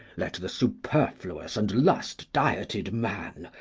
let the superfluous and lust-dieted man,